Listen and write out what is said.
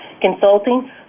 consulting